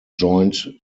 joined